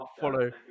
follow